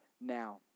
now